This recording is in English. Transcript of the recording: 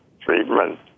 treatment